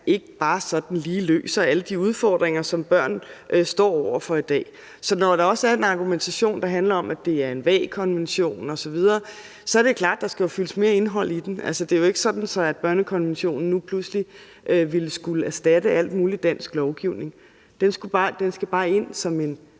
ikke bare sådan lige løser alle de udfordringer, som børn står over for i dag. Når der også er en argumentation, der handler om, at det er en vag konvention osv., så er det klart, at der jo skal fyldes mere indhold i den. Det er jo ikke sådan, at børnekonventionen nu pludselig ville skulle erstatte al mulig dansk lovgivning. Den skal bare ind som en